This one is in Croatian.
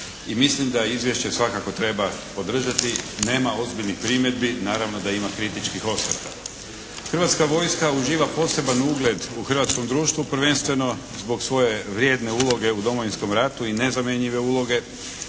I mislim da izvješće svakako treba podržati. Nema ozbiljnih primjedbi. Naravno da ima kritičkih osvrta. Hrvatska vojska uživa poseban ugled u hrvatskom društvu, prvenstveno zbog svoje vrijedne uloge u Domovinskom ratu i nezamjenjive uloge.